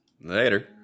later